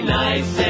nice